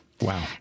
Wow